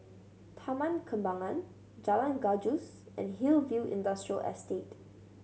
Taman Kembangan Jalan Gajus and Hillview Industrial Estate